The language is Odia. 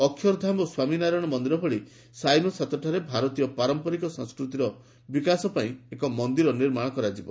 ଅକ୍ଷରଧାମ୍ ଓ ସ୍ୱାମୀ ନାରାୟଣ ମନ୍ଦିର ଭଳି ସାଇ ନୋ ସାତୋଠାରେ ଭାରତୀୟ ପାରମ୍ପରିକ ସଂସ୍କୃତିର ବିକାଶ ପାଇଁ ଏକ ମନ୍ଦିର ନିର୍ମାଣ କରାଯିବ